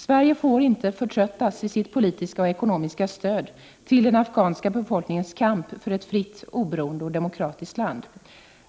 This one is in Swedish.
Sverige får inte förtröttas i fråga om sitt politiska och ekonomiska stöd till den afghanska befolkningens kamp för ett fritt, oberoende och demokratiskt land!